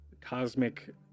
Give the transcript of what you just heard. Cosmic